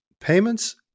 Payments